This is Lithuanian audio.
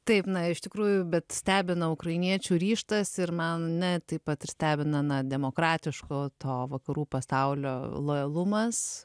taip na iš tikrųjų bet stebina ukrainiečių ryžtas ir mane taip pat ir stebina na demokratiško to vakarų pasaulio lojalumas